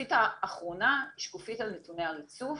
השקופית האחרונה היא שקופית על נתוני הריצוף,